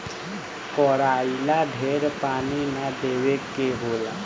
कराई ला ढेर पानी ना देवे के होला